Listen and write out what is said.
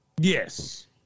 Yes